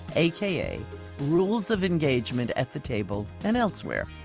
aka rules of engagement, at the table and elsewhere.